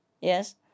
yes